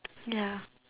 ya